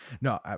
no